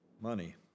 money